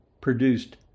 produced